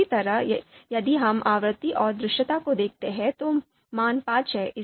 इसी तरह यदि हम आवृत्ति और दृश्यता को देखते हैं तो मान 5 है